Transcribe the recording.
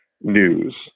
news